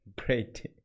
Great